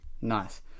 nice